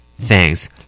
Thanks